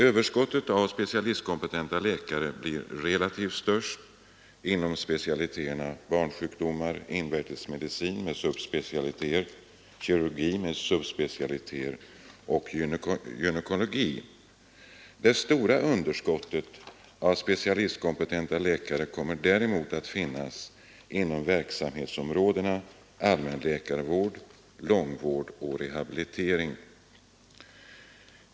Överskottet av specialistkompetenta läkare blir relativt sett störst inom specialiteterna barnsjukdomar, invärtes medicin med subspecialiteter, kirurgi med subspecialiteter och gynekologi. Ett stort underskott av specialistkompetenta läkare kommer däremot att finnas inom verksamhetsområdena allmänläkarvård och långvård/rehabilitering.